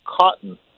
cotton